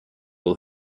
will